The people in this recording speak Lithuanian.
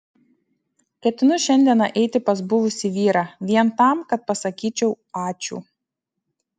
ketinu šiandieną eiti pas buvusį vyrą vien tam kad pasakyčiau ačiū